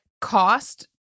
cost